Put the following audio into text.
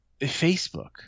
Facebook